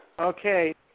Okay